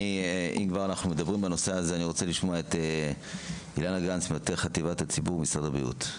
אני רוצה לשמוע את אילנה גנס ממטה חטיבת בריאות הציבור במשרד הבריאות.